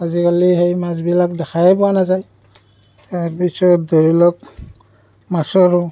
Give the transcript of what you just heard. আজিকালি সেই মাছবিলাক দেখাই পোৱা নাযায় তাৰপিছত ধৰি লওক মাছৰো